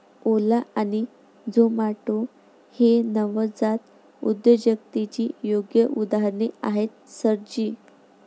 ओला आणि झोमाटो ही नवजात उद्योजकतेची योग्य उदाहरणे आहेत सर जी